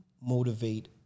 motivate